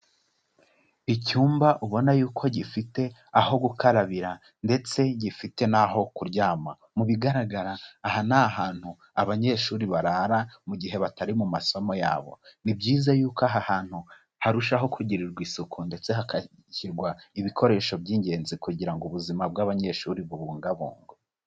Icyumba ubona yuko gifite aho gukarabira ndetse gifite naho kuryama, mu bigaragara aha ni ahantu abanyeshuri barara mu gihe batari mu masomo yabo, ni byiza yuko aha hantu harushaho kugirirwa isuku ndetse hagashyirwa ibikoresho by'ingenzi kugira ngo ubuzima bw'abanyeshuri bubungabungwe.